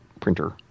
printer